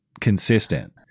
consistent